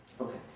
Okay